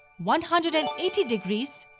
one hundred and eighty degrees,